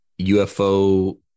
UFO